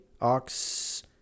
Ox